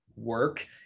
work